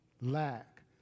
lack